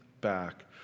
back